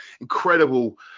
incredible